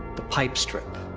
the pipe strip.